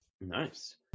Nice